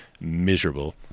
Miserable